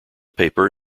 paper